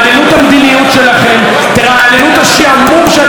תרעננו את השעמום שאתם משרים על אזרחי ישראל.